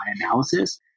analysis